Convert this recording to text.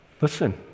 Listen